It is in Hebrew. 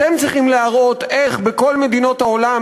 אתם צריכים להראות למה בכל מדינות העולם